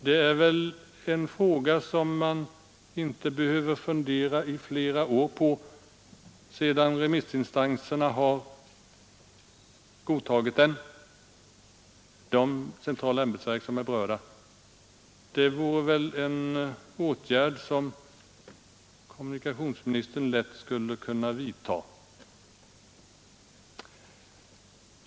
Detta är väl någonting som man inte behöver fundera i flera år på, sedan de centrala ämbetsverk som är berörda har godtagit det. Det vore väl en åtgärd som kommunikationsministern lätt skulle kunna vidta.